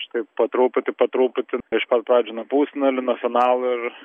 aš taip po truputį po truputį iš pat pradžių nuo pusfinalių nuo finalų ir